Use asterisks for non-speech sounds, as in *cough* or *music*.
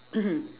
*coughs*